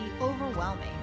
overwhelming